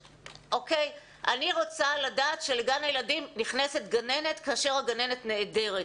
אני רוצה לדעת שלגן הילדים נכנסת גננת כאשר הגננת נעדרת.